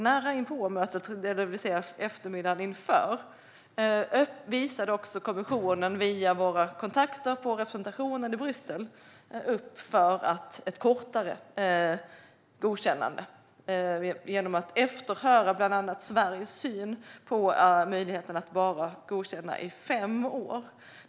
Nära inpå mötet, på eftermiddagen den 25 oktober, öppnade kommissionen via våra kontakter på representationen i Bryssel upp för ett kortare godkännande genom att efterhöra bland andra Sveriges syn på möjligheten att bara godkänna i fem år.